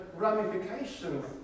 ramifications